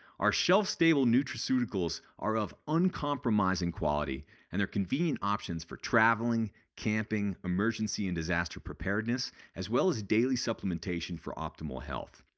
our shelf-stable nutraceuticals are of uncompromising quality and they're convenient options for traveling, camping, emergency and disaster preparedness as well as daily supplementation for optimal health.